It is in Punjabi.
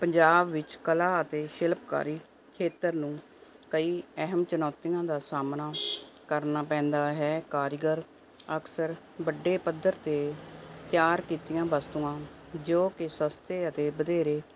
ਪੰਜਾਬ ਵਿੱਚ ਕਲਾ ਅਤੇ ਸ਼ਿਲਪਕਾਰੀ ਖੇਤਰ ਨੂੰ ਕਈ ਅਹਿਮ ਚੁਣੌਤੀਆਂ ਦਾ ਸਾਹਮਣਾ ਕਰਨਾ ਪੈਂਦਾ ਹੈ ਕਰਨਾ ਪੈਂਦਾ ਹੈ ਕਾਰੀਗਰ ਅਕਸਰ ਵੱਡੇ ਪੱਧਰ 'ਤੇ ਤਿਆਰ ਕੀਤੀਆਂ ਵਸਤੂਆਂ ਜੋ ਕਿ ਸਸਤੇ ਅਤੇ ਵਧੇਰੇ